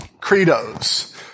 credos